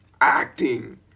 acting